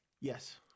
Yes